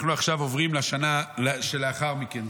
אנחנו עכשיו עוברים לשנה שלאחר מכן,